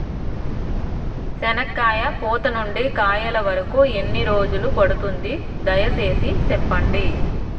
చెనక్కాయ పూత నుండి కాయల వరకు ఎన్ని రోజులు పడుతుంది? దయ సేసి చెప్పండి?